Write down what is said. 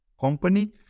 company